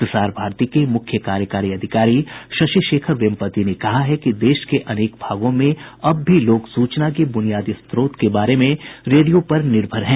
प्रसार भारती को मुख्य कार्यकारी अधिकारी शशि शेखर वेम्पति ने कहा है कि देश के अनेक भागों में अब भी लोग सूचना के बूनियादी स्रोत के रूप में रेडियो पर निर्भर हैं